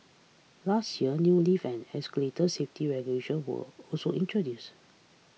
last year new lift and escalator safety regulations were also introduced